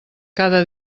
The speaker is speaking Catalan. cada